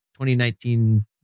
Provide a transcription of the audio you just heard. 2019